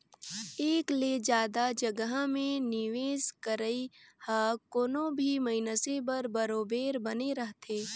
एक ले जादा जगहा में निवेस करई ह कोनो भी मइनसे बर बरोबेर बने रहथे